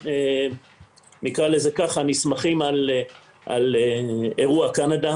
נסמכים על אירוע קנדה,